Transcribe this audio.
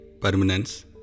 Permanence